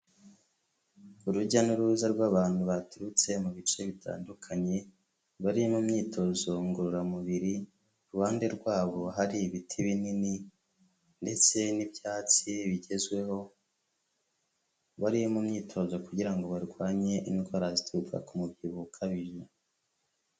Urujya n'uruza rw'abantu baturutse mu bice bitandukanye, bari mu myitozo ngororamubiri, iruhande rwabo hari ibiti binini, ndetse n'ibyatsi bigezweho, bari mu myitozo kugira ngo barwanye indwara zituruka ku mubyibuho ukabije.